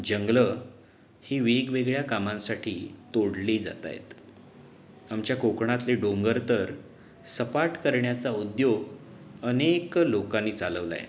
जंगलं ही वेगवेगळ्या कामांसाठी तोडली जात आहेत आमच्या कोकणातले डोंगर तर सपाट करण्याचा उद्योग अनेक लोकांनी चालवला आहे